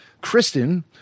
Kristen